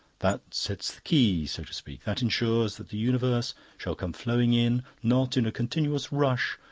that sets the key, so to speak that ensures that the universe shall come flowing in, not in a continuous rush,